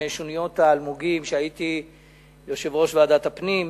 בשוניות האלמוגים כשהייתי יושב-ראש ועדת הפנים,